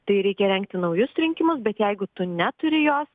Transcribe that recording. tai reikia rengti naujus rinkimus bet jeigu tu neturi jos